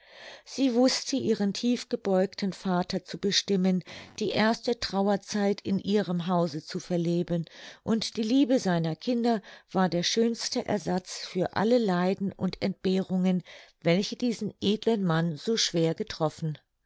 sie wußte ihren tief gebeugten vater zu bestimmen die erste trauerzeit in ihrem hause zu verleben und die liebe seiner kinder war der schönste ersatz für alle leiden und entbehrungen welche diesen edlen mann so schwer getroffen